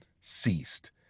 ceased